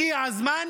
הגיע הזמן